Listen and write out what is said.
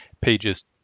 Pages